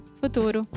futuro